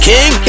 King